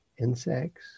insects